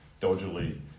dodgily